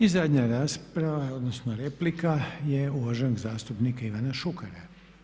I zadnja rasprava, odnosno replika je uvaženog zastupnika Ivana Šukera.